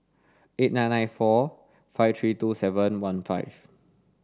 eight nine nine four five three two seven one five